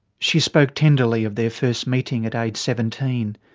she spoke tenderly of their first meeting at age seventeen,